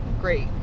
great